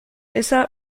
esa